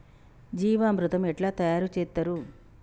జీవామృతం ఎట్లా తయారు చేత్తరు?